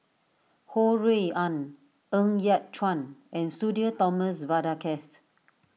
Ho Rui An Ng Yat Chuan and Sudhir Thomas Vadaketh